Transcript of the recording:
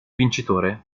vincitore